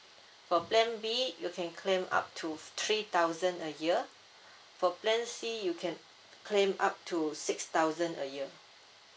for plan B you can claim up to three thousand a year for plan C you can claim up to six thousand a year